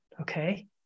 okay